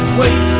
wait